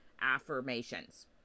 affirmations